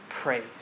praise